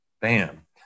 bam